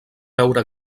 veure